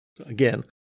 Again